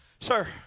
Sir